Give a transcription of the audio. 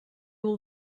will